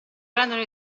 prendono